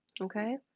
okay